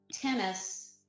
Tennis